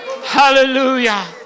Hallelujah